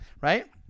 Right